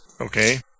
Okay